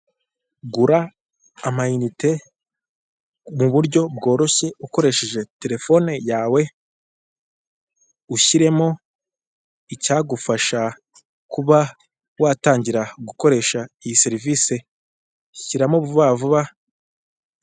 Gura amayinite mu buryo bworoshye ukoresheje terefone yawe, ushyiremo icyagufasha kuba watangira gukoresha iyi serivisi. Shyiramo vuba vuba